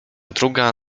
druga